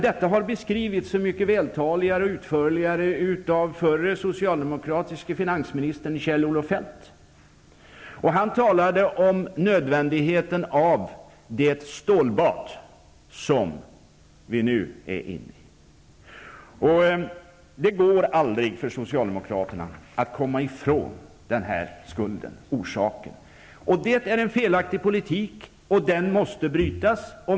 Detta har beskrivits mycket vältaligare och utförligare av den förre socialdemokratiske finansministern Kjell-Olof Feldt. Han talade om nödvändigheten av det stålbad som vi nu befinner oss i. Det går aldrig för socialdemokraterna att komma ifrån denna skuld. Det var en felaktig politik, och den måste brytas.